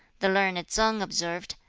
the learned tsang observed,